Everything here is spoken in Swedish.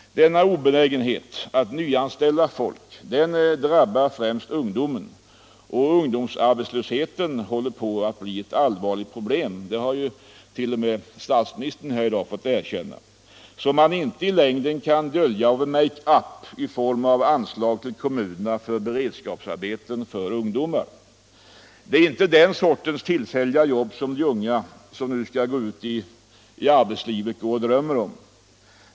Obenägenheten att nyanställa folk drabbar främst ungdomen, och ungdomsarbetslösheten håller på att bli ett allvarligt problem — det har ju t. 0. m. statsministern i dag fått erkänna — som man inte i längden kan dölja med en make up i form av anslag till kommunerna för beredskapsarbeten åt ungdomar. Det är inte den sortens tillfälliga jobb som de unga, som nu skall gå ut i arbetslivet, drömmer om.